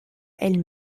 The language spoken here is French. elle